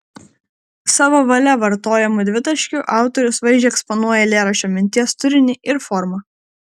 savo valia vartojamu dvitaškiu autorius vaizdžiai eksponuoja eilėraščio minties turinį ir formą